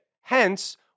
Hence